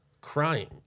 Crying